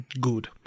Good